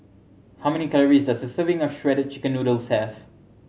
how many calories does a serving of Shredded Chicken Noodles have